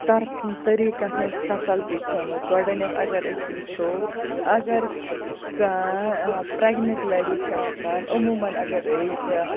طَر طریقَن ہٕنٛز فیسَلٹی تھٲمٕژ گۄڈنیٚتھ اَگَر أسۍ وُچھو اَگَر کانٛہہ پرٛیٚگننٹ لیٚڈی چھِ آسان عموماً اَگَر أسۍ